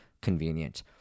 convenient